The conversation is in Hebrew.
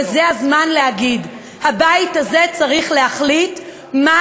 וזה הזמן להגיד: הבית הזה צריך להחליט מה